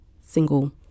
single